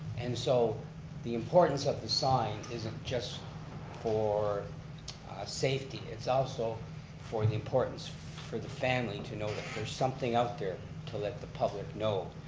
and so the importance of the sign isn't just for safety, it's also for the importance for the family to know that there's something out there to let the public know.